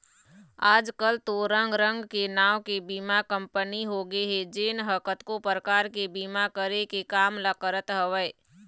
आजकल तो रंग रंग के नांव के बीमा कंपनी होगे हे जेन ह कतको परकार के बीमा करे के काम ल करत हवय